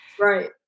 right